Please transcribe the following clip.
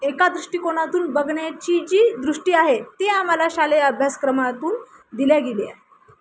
एका दृष्टिकोनातून बघण्याची जी दृष्टी आहे ती आम्हाला शालेय अभ्यासक्रमातून दिल्या गेली आहे